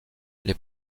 les